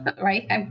Right